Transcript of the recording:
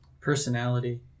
Personality